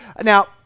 Now